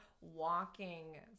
walking